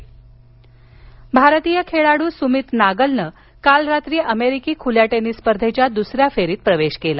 US Open भारतीय खेळाडू सुमित नागलनं काल रात्री अमेरिकी खुल्या टेनिस स्पर्धेच्या दुसऱ्या फेरीत प्रवेश केला